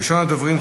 ראשון הדוברים,